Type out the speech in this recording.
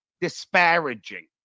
disparaging